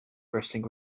bursting